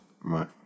Right